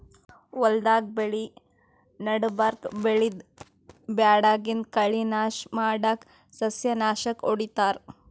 ಹೊಲ್ದಾಗ್ ಬೆಳಿ ನಡಬರ್ಕ್ ಬೆಳ್ದಿದ್ದ್ ಬ್ಯಾಡಗಿದ್ದ್ ಕಳಿ ನಾಶ್ ಮಾಡಕ್ಕ್ ಸಸ್ಯನಾಶಕ್ ಹೊಡಿತಾರ್